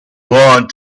want